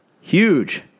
Huge